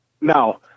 now